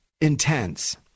intense